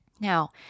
Now